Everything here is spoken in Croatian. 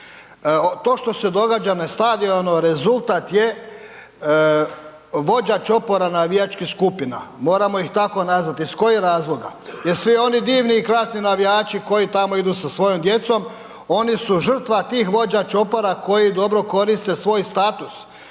To što se događa na stadionu rezultat je vođa čopora navijačkih skupina, moramo ih tako nazvati. Iz kojih razloga? Jer svi oni divni i krasni navijači koji tamo idu sa svojom djecom oni su žrtva tih vođa čopora koji dobro koriste svoj status